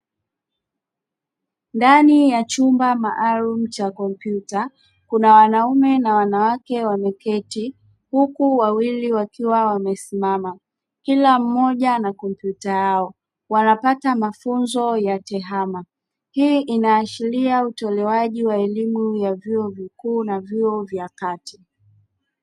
Ndani ya chumba maalum cha kompyuta kuna wanaume na wanawake wameketi huku wawili wakiwa wamesimama kila mmoja ana kompyuta yake, wanapata mafunzo ya tehama hii inaashiria utolewaji wa elimu ya vyuo vikuu na vyuo vya kati.